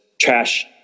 trash